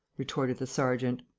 retorted the sergeant.